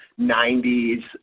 90s